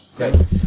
Okay